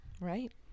right